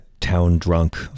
town-drunk